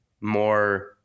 more